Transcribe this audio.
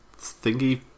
Thingy